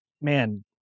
Man